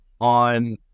on